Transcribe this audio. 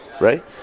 right